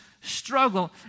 struggle